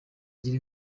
agira